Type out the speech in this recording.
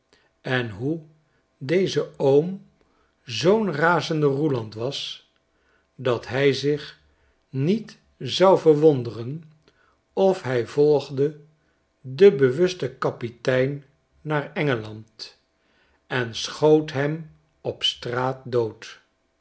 en hoe deze oom zoo'n razende roeland was dat hij zich niet zou verwonderen of hij volgde den bewusten kapitein naar engeland en schoot hem op straat dood